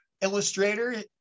illustrator